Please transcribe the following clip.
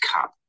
Cup